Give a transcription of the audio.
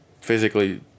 physically